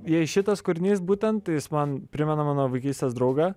jei šitas kūrinys būtent tai jis man primena mano vaikystės draugą